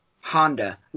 Honda